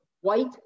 white